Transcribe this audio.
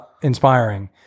inspiring